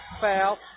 foul